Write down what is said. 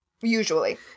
usually